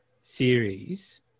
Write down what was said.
series